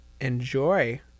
enjoy